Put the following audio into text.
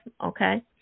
Okay